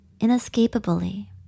inescapably